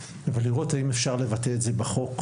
ולראות האם אפשר לבטא את זה בחוק,